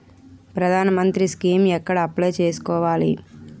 ప్రధాన మంత్రి స్కీమ్స్ ఎక్కడ అప్లయ్ చేసుకోవాలి?